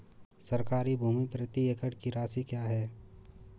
सरकारी भूमि प्रति एकड़ की राशि क्या है?